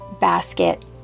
basket